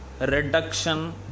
reduction